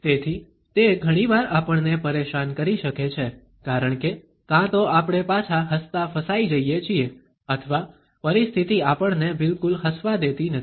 તેથી તે ઘણીવાર આપણને પરેશાન કરી શકે છે કારણ કે કાં તો આપણે પાછા હસતા ફસાઈ જઈએ છીએ અથવા પરિસ્થિતિ આપણને બિલકુલ હસવા દેતી નથી